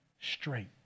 straight